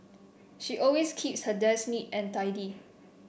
she always keeps her desk neat and tidy